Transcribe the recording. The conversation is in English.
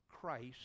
Christ